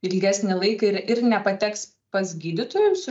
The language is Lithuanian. ilgesnį laiką ir ir nepateks pas gydytojus